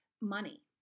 money